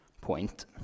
point